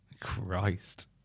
Christ